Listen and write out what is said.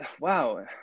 wow